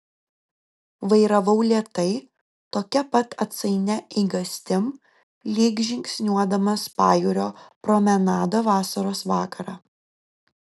vairavau lėtai tokia pat atsainia eigastim lyg žingsniuodamas pajūrio promenada vasaros vakarą